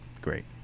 Great